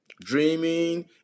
dreaming